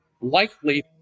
likely